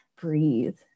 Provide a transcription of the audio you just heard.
breathe